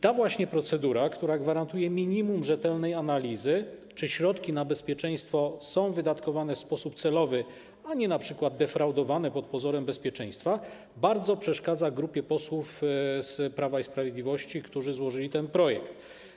Ta właśnie procedura, która gwarantuje minimum rzetelnej analizy, czy środki na bezpieczeństwo są wydatkowane w sposób celowy, a nie np. defraudowane pod pozorem bezpieczeństwa, bardzo przeszkadza grupie posłów z Prawa i Sprawiedliwości, którzy złożyli ten projekt.